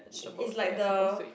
is like the